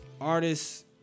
artists